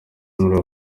muri